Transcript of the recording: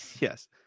Yes